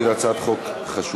כי זו הצעת חוק חשובה.